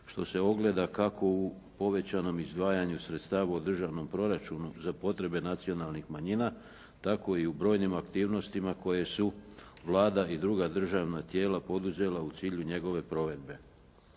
što se ogleda kako u povećanom izdvajanju sredstava u državnom proračunu za potrebe nacionalnih manjina, tako i u brojnim aktivnostima koje su Vlada i druga državna tijela poduzela u cilju njegove provedbe.